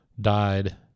died